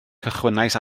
cychwynnais